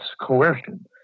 coercion